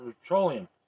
Petroleum